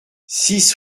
six